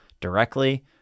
directly